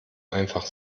einfach